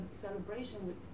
celebration